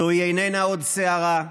זוהי איננה עוד סערה,